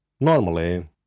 Normally